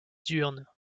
diurnes